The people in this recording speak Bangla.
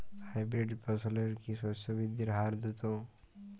হাইব্রিড ফসলের কি শস্য বৃদ্ধির হার দ্রুত?